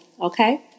Okay